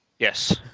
Yes